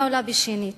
אני עולה שנית,